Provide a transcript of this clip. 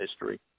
history